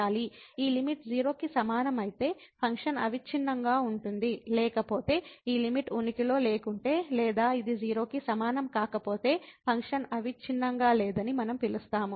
ఈ లిమిట్ 0 కి సమానం అయితే ఫంక్షన్ అవిచ్ఛిన్నంగా ఉంటుంది లేకపోతే ఈ లిమిట్ ఉనికిలో లేకుంటే లేదా ఇది 0 కి సమానం కాకపోతే ఫంక్షన్ అవిచ్ఛిన్నంగా లేదని మనం పిలుస్తాము